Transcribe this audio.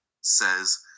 says